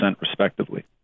respectively